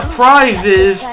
prizes